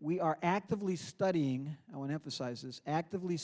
we are actively studying and emphasizes actively